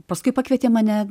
paskui pakvietė mane